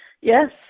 Yes